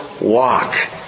walk